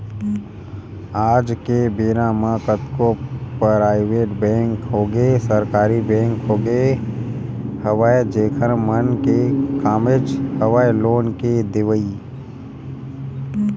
आज के बेरा म कतको पराइवेट बेंक होगे सरकारी बेंक होगे हवय जेखर मन के कामेच हवय लोन के देवई